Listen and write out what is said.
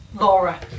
Laura